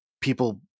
people